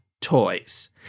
toys